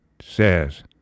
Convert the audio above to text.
says